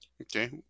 Okay